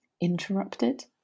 Interrupted